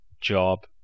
job